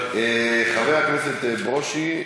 חבר הכנסת ברושי,